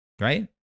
Right